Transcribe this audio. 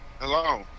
hello